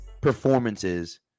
performances